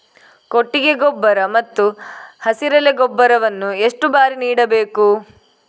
ಕೊಟ್ಟಿಗೆ ಗೊಬ್ಬರ ಮತ್ತು ಹಸಿರೆಲೆ ಗೊಬ್ಬರವನ್ನು ಎಷ್ಟು ಬಾರಿ ನೀಡಬೇಕು?